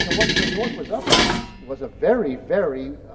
and what the north was up against was a very, very,